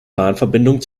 bahnverbindung